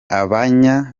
abanya